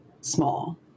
small